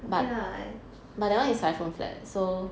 okay lah like